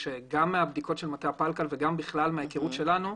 שגם מהבדיקות של מטה הפלקל וגם מההיכרות שלנו,